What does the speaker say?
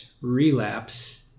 relapse